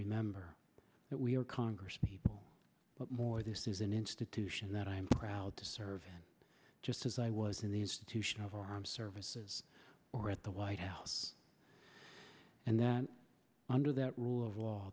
remember that we are congresspeople more this is an institution that i am proud to serve just as i was in the institution of our armed services or at the white house and that under that rule of law